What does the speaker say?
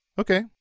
Okay